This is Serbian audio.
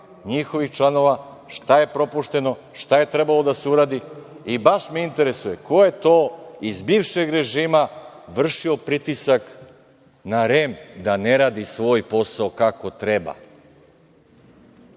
njihovih članova, šta je propušteno, šta je trebalo da se uradi i baš me interesuje ko je to iz bivšeg režima vršio pritisak na REM da ne radi svoj posao kako treba.